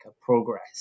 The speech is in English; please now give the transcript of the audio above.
progress